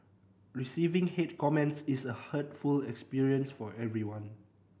receiving hate comments is a hurtful experience for anyone